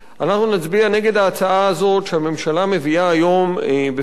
אנחנו נצביע נגד ההצעה הזאת שהממשלה מביאה היום בפנינו,